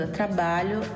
trabalho